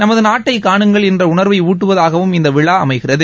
நமது நாட்டை காணுங்கள் என்ற உணர்வை ஊட்டுவதாகவும் இந்த விழா அமைகிறது